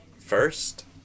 first